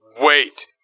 Wait